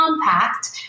Compact